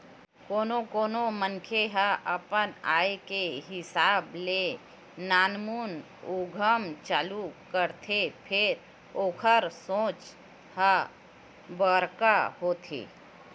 कोनो कोनो मनखे ह अपन आय के हिसाब ले नानमुन उद्यम चालू करथे फेर ओखर सोच ह बड़का होथे